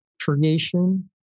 Creation